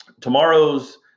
tomorrow's